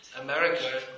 America